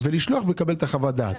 ולשלוח ולקבל את חוות הדעת.